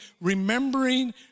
remembering